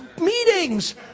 meetings